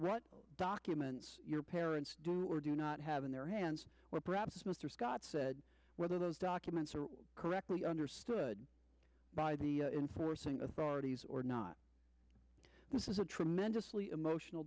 what documents your parents do or do not have in their hands or perhaps mr scott said whether those documents are correctly understood by the enforcing authorities or not this is a tremendously emotional